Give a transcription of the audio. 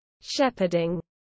Shepherding